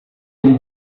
ele